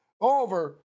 over